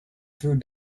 through